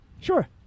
Sure